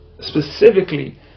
specifically